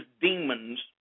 demons